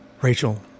Rachel